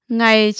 ngày